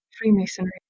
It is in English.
Freemasonry